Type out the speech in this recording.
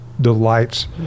delights